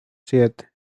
siete